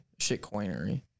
shitcoinery